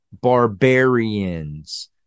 barbarians